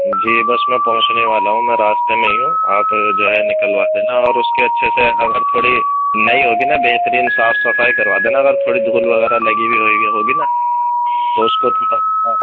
جی بس میں پہنچنے والا ہوں میں راستے میں ہی ہوں آپ جو ہے نکلوا دینا اور اُس کے اچھے سے اگر تھوڑی نئی ہوگی نہ بہترین صاف صفائی کروا دینا اگر تھوڑی دھول وغیرہ لگی ہوئی ہوئے گی ہوگی نا تو اُس کو تھوڑا سا